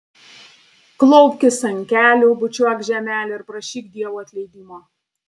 klaupkis ant kelių bučiuok žemelę ir prašyk dievo atleidimo